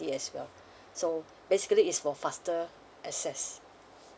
as well so basically it's for faster access